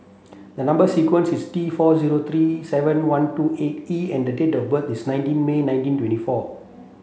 the number sequence is T four zero three seven one two eight E and the date of birth is nineteen May nineteen twenty four